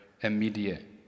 immediate